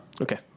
Okay